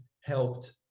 helped